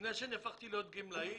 לפני שנהפכתי להיות גמלאי